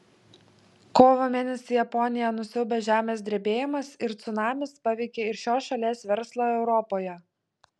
kovo mėnesį japoniją nusiaubęs žemės drebėjimas ir cunamis paveikė ir šios šalies verslą europoje